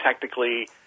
technically